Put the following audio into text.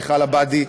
מיכל עבאדי,